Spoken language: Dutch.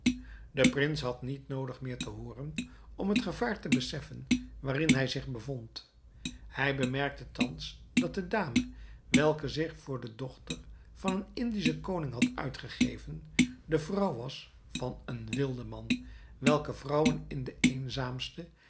de prins had niet noodig meer te hooren om het gevaar te beseffen waarin hij zich bevond hij bemerkte thans dat de dame welke zich voor de dochter van een indischen koning had uitgegeven de vrouw was van een wildeman welke vrouwen in de eenzaamste